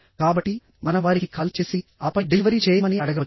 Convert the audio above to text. కాబట్టి మనం వారికి కాల్ చేసి ఆపై డెలివరీ చేయమని అడగవచ్చు